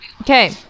Okay